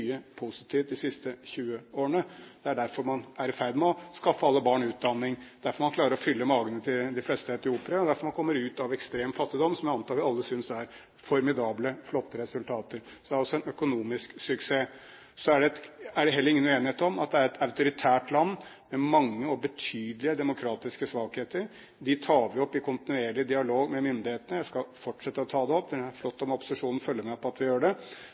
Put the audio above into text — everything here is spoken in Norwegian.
et land, som Ine M. Eriksen Søreide nå sa, hvor ingenting har skjedd på de siste 20 årene. Tvert imot, det har skjedd fantastisk mye positivt de siste 20 årene. Det er derfor man er i ferd med å skaffe alle barn utdanning, det er derfor man klarer å fylle magene til de fleste etiopiere, og det er derfor man kommer ut av ekstrem fattigdom, som jeg antar vi alle synes er formidable, flotte resultater. Så det er altså en økonomisk suksess. Så er det heller ingen uenighet om at det er et autoritært land, med mange og betydelige demokratiske svakheter. Dem tar vi opp i kontinuerlig dialog med myndighetene – jeg skal fortsette å